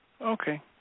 Okay